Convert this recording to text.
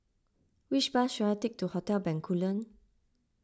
which bus should I take to Hotel Bencoolen